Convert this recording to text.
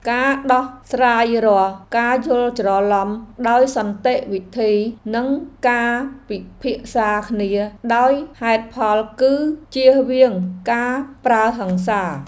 ការដោះស្រាយរាល់ការយល់ច្រឡំដោយសន្តិវិធីនិងការពិភាក្សាគ្នាដោយហេតុផល គឺជៀសវាងការប្រើហិង្សា។